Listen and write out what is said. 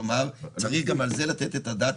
כלומר, צריך גם על זה לתת את הדעת.